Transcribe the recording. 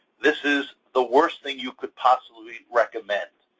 this is the worst thing you could possibly recommend.